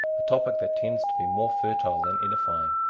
a topic that tends to be more fertile than edifying.